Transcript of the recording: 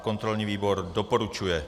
Kontrolní výbor doporučuje.